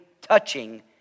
touching